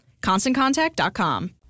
ConstantContact.com